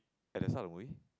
at the start of the movie